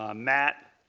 ah matt